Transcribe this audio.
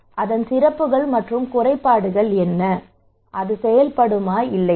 அதன் சிறப்புகள் மற்றும் குறைபாடுகள் என்ன அது செயல்படுமா இல்லையா